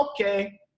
Okay